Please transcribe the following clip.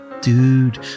Dude